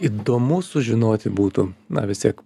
įdomu sužinoti būtų na vis tiek